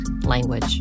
language